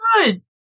good